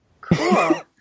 Cool